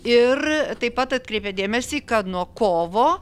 ir taip pat atkreipė dėmesį kad nuo kovo